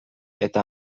eta